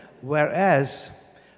whereas